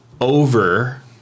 over